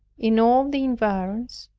in all the environs,